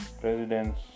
presidents